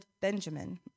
Benjamin